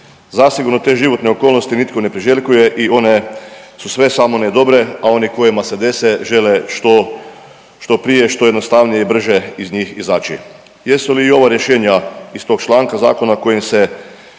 Zasigurno te životne okolnosti nitko ne priželjkuje i one su sve samo ne dobre, a oni kojim se dese žele što, što prije, što jednostavnije i brže iz njih izaći. Jesu li ova rješenja iz tog članka zakona kojim se